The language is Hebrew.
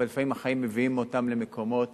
אבל לפעמים החיים מביאים אותם למקומות